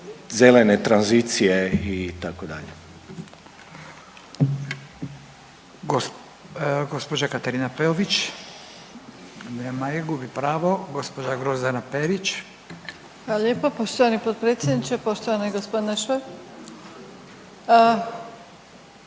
zelene tranzicije itd.